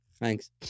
thanks